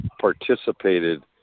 participated